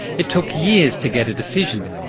it took years to get a decision.